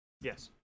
Yes